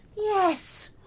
yes!